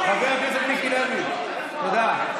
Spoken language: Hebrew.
חבר הכנסת מיקי לוי, תודה.